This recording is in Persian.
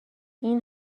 این